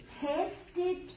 tested